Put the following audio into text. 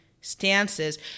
stances